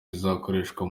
zizakoreshwa